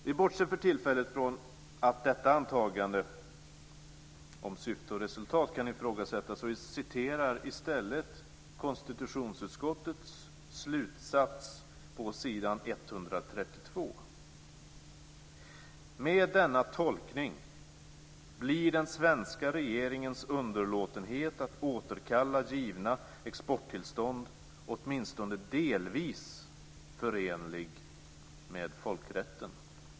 Vi bortser för tillfället från att detta antagandes syfte och resultat kan ifrågasättas, och jag citerar i stället konstitutionsutskottets slutsats på s. 132: "Med denna tolkning blir den svenska regeringens underlåtenhet att återkalla givna exporttillstånd åtminstone delvis förenlig med folkrätten."